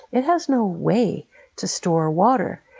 it has no way to store water,